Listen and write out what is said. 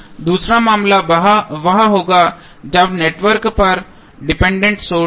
दूसरा मामला वह होगा जब नेटवर्क पर डिपेंडेंट सोर्स हों